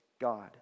God